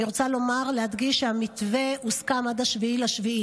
אני רוצה לומר, להדגיש, שהמתווה הוסכם עד 7 ביולי.